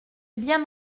bien